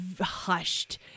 hushed